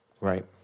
Right